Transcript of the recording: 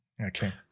okay